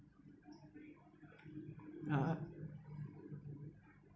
ah ha